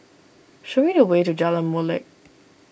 show me the way to Jalan Molek